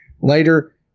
later